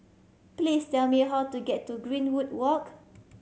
please tell me how to get to Greenwood Walk